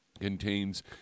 contains